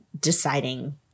deciding